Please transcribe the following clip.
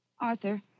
Arthur